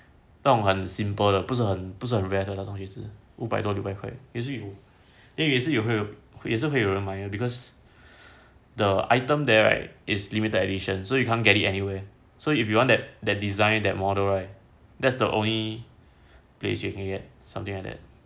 那种很 simple 的不是很 leather 的靴子五百多六百块 then 还是会有人买的 because the item there right is limited edition so you can't get it anywhere so if you want that that design that model right that's the only place you can get something like that